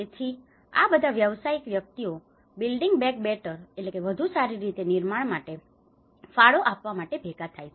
તેથી આ બધા વ્યાવસાયિક વ્યક્તિઓ building back better building back betterવધુ સારી રીતે નિર્માણ માટે ફાળો આપવા માટે ભેગા થાય છે